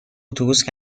اتوبوس